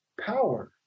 power